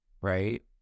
right